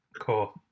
Cool